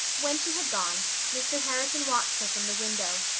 when she had gone mr. harrison watched her from the window.